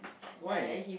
why